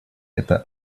это